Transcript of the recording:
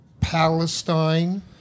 palestine